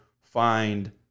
find